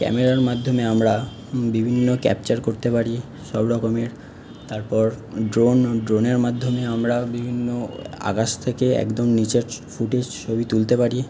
ক্যামেরার মাধ্যমে আমরা বিভিন্ন ক্যাপচার করতে পারি সব রকমের তারপর ড্রোন ড্রোনের মাধ্যমেও আমরাও বিভিন্ন আকাশ থেকে একদম নিচের ফুটেজ ছবি তুলতে পারি